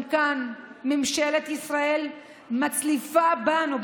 גם כאן ממשלת ישראל מצליפה בנו,